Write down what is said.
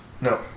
No